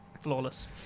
flawless